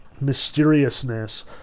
mysteriousness